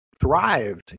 thrived